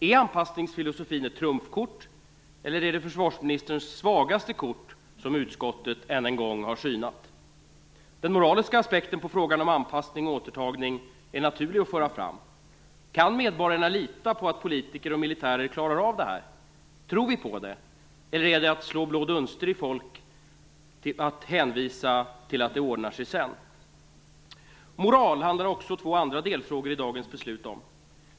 Är anpassningsfilosofin ett trumfkort, eller är det försvarsministerns svagaste kort som utskottet än en gång har synat? Den moraliska aspekten på frågan om anpassning och återtagning är naturlig att föra fram. Kan medborgarna lita på att politiker och militärer klarar av det här? Tror vi på det, eller är det att slå blå dunster i folk att hänvisa till att det ordnar sig sedan? Moral handlar också två andra delfrågor i dagens beslut om.